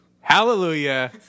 hallelujah